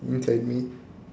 inside me